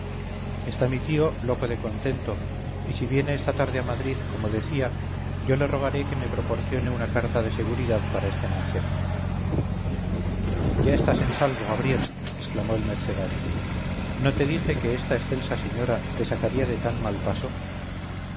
está mi tío loco de contento y si viene esta tarde a madrid como decía yo le rogaré que me proporcione una carta de seguridad para este mancebo ya estás en salvo gabriel exclamó el mercenario no te dije que esta excelsa señora te sacaría de tan mal paso